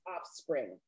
offspring